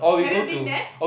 have you been there